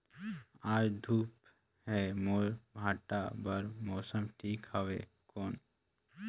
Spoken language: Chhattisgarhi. आज धूप हे मोर भांटा बार मौसम ठीक हवय कौन?